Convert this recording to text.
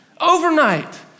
overnight